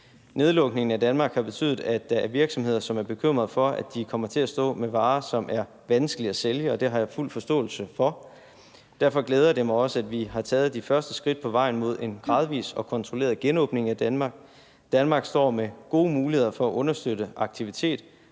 Nedlukningen af Danmark har betydet, at der er virksomheder, som er bekymrede for, at de kommer til at stå med varer, som er vanskelige at sælge, og det har jeg fuld forståelse for. Derfor glæder det mig også, at vi har taget de første skridt på vejen mod en gradvis og kontrolleret genåbning af Danmark. Danmark står med gode muligheder for at understøtte aktivitet